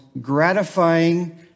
gratifying